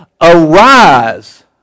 Arise